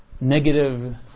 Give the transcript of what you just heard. negative